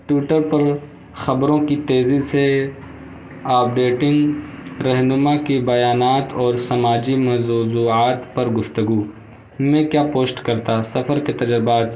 Twitter پر خبروں کی تیزی سے اپڈیٹنگ رہنما کی بیانات اور سماجی موضوضوعات پر گفتگو میں کیا پوسٹ کرتا سفر کے تجربات